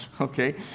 okay